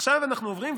עכשיו אנחנו עוברים,